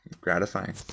gratifying